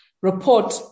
report